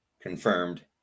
confirmed